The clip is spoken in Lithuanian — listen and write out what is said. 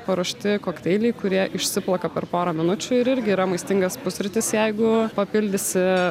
paruošti kokteiliai kurie išsiplaka per porą minučių ir irgi yra maistingas pusrytis jeigu papildysi